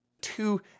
Two